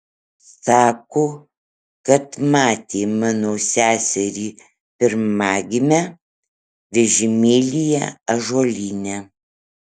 sako kad matė mano seserį pirmagimę vežimėlyje ąžuolyne